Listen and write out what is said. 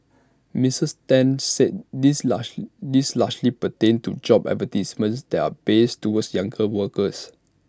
Mrs ten said these large these largely pertained to job advertisements that are biased towards younger workers